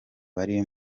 bari